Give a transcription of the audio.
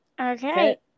Okay